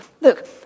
Look